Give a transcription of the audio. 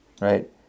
Right